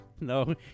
No